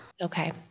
Okay